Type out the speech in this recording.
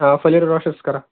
हा फलेरो रॉशस करा